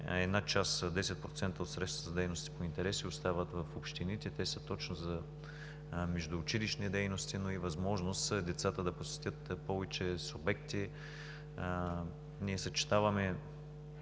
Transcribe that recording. Една част – 10% от средствата за дейности по интереси, остават в общините и те са точно за междуучилищни дейности, но и възможност децата да посетят повече обекти. Ние съчетаваме